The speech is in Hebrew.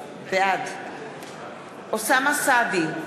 בעד אוסאמה סעדי,